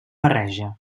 barreja